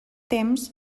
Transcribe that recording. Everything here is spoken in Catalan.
temps